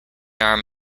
arm